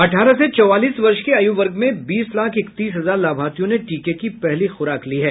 अठारह से चौवालीस वर्ष के आयुवर्ग में बीस लाख इकतीस हजार लाभार्थियों ने टीके की पहली खुराक ली है